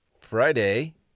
Friday